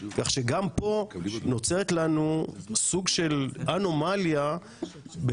כך שגם פה נוצרת לנו סוג של אנומליה מבחינת